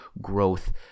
growth